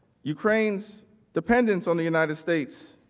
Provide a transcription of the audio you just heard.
ukraine's dependence on the united states,